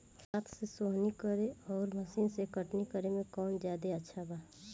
हाथ से सोहनी करे आउर मशीन से कटनी करे मे कौन जादे अच्छा बा?